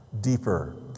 deeper